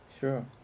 sure